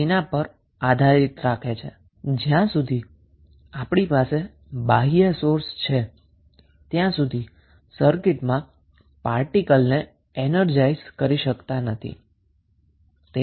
તો જ્યાં સુધી આપણી પાસે બાહ્ય સોર્સ છે ત્યાં સુધી આ ચોક્ક્સ સર્કિટને એનર્જાઇઝ કરી શકતા નથી